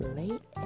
late